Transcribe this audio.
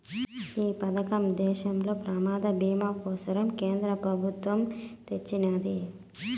ఈ పదకం దేశంలోని ప్రమాద బీమా కోసరం కేంద్ర పెబుత్వమ్ తెచ్చిన్నాది